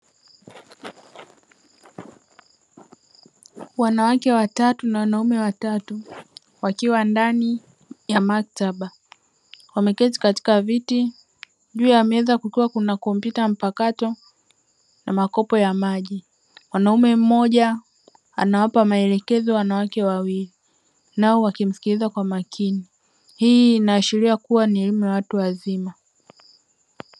Wanawake watatu na wanaume watatu wakiwa ndani ya maktaba, wameketi katika viti, juu ya meza kukiwa kuna kompyuta mpakato na makopo ya maji. Mwanaume mmoja anawapa maelekezo wanawake wawili, nao wakimsikiliza kwa makini. Hii inaashiria kuwa ni elimu ya watu wazima.